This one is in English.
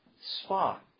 spot